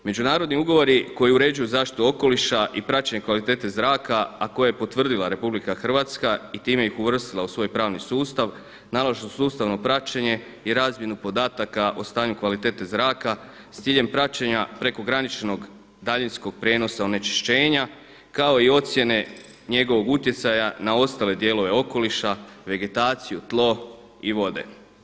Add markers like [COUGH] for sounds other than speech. Međunarodni ugovori koji uređuju zaštitu okoliša i praćenje kvalitete zraka a koje je potvrdila RH i time ih uvrstila u svoj pravni sustav, … [UNINTELLIGIBLE] i razmjenu podataka o stanju kvalitete zraka s ciljem praćenja prekograničnog daljinskog prijenosa onečišćenja kao i ocjene njegovog utjecaja na ostale dijelove okoliša, vegetaciju, tlo i vode.